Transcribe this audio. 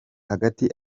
hagati